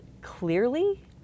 clearly